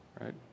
right